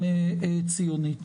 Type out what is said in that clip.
צירוף